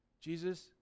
Jesus